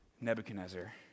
Nebuchadnezzar